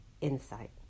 insight